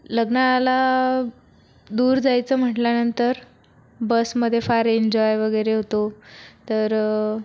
लग्नाला दूर जायचं म्हटल्यानंतर बसमध्ये फार एंजॉय वगैरे होतो तर